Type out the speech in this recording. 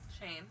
Shane